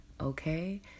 Okay